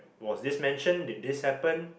was this mentioned did this happen